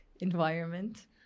environment